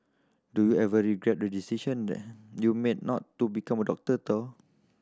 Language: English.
do you ever regret the decision that you made not to become doctor though